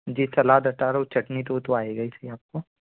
जी सलाद अचार और चटनी तो वो तो आएगा ही आपको